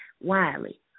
Wiley